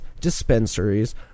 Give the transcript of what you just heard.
dispensaries